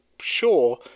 sure